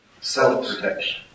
Self-protection